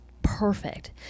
Perfect